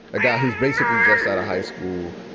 a guy who's basically just out of high school,